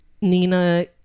nina